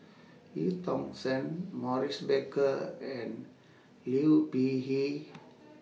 EU Tong Sen Maurice Baker and Liu Peihe